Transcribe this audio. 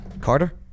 Carter